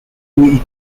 two